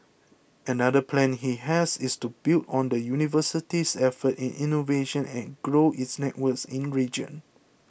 another plan he has is to build on the university's efforts in innovation and grow its networks in the region